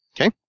Okay